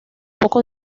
pocos